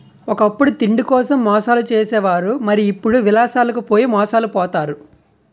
ఒకప్పుడు తిండికోసం మోసాలు చేసే వారు మరి ఇప్పుడు విలాసాలకు పోయి మోసాలు పోతారు